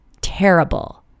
terrible